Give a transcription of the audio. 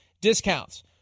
discounts